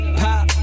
pop